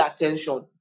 attention